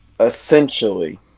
Essentially